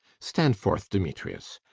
stand forth, demetrius.